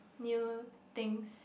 new things